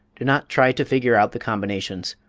do not try to figure out the combinations.